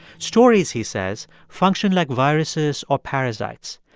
stories, he says, function like viruses or parasites.